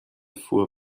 fuhr